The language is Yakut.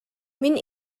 мин